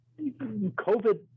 COVID